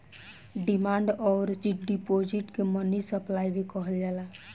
demand अउर deposit के money supply भी कहल जाला